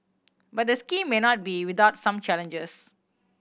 but the scheme may not be without some challenges